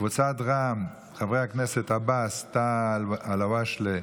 קבוצת רע"מ, חברי הכנסת עבאס, טאהא, אלהואשלה,